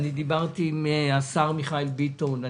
דיברתי עם השר מיכאל ביטון,